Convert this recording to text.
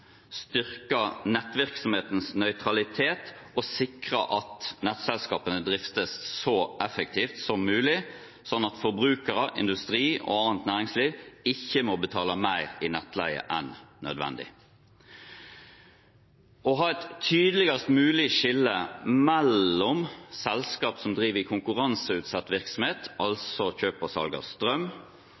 styrke nettvirksomhetens nøytralitet og sikre at nettselskapene driftes så effektivt som mulig, slik at forbrukere, industri og annet næringsliv ikke må betale mer i nettleie enn nødvendig. Å ha et tydeligst mulig skille mellom selskap som driver i konkurranseutsatt virksomhet, altså kjøp og salg av strøm,